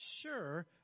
sure